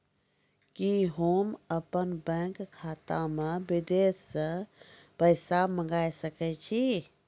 कि होम अपन बैंक खाता मे विदेश से पैसा मंगाय सकै छी?